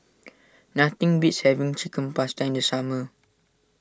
nothing beats having Chicken Pasta in the summer